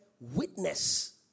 witness